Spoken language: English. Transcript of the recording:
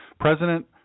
President